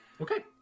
Okay